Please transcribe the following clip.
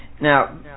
Now